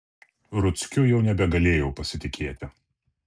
ruckiu jau nebegalėjau pasitikėti